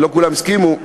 כי לא כולם הסכימו,